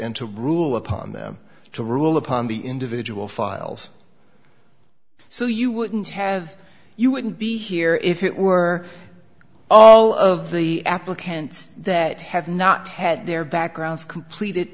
and to rule upon them to rule upon the individual files so you wouldn't have you wouldn't be here if it were all of the applicants that have not had their backgrounds completed